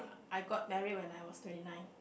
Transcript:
I got married when I was twenty nine